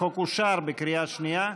הצעת החוק אושרה בקריאה שנייה.